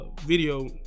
video